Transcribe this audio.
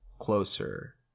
closer